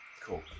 cool